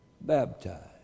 baptized